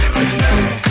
tonight